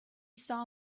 saw